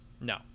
No